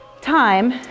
Time